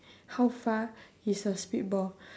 how far is the spit ball